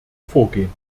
vorgehen